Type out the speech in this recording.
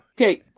Okay